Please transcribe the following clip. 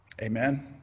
Amen